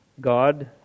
God